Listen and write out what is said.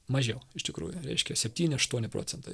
mažiau iš tikrųjų reiškia septyni aštuoni procentai